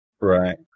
Right